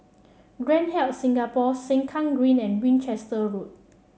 Grand Hyatt Singapore Sengkang Green and Winchester Road